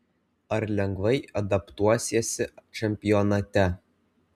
ar lengvai adaptuosiesi čempionate